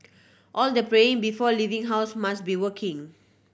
all the praying before leaving house must be working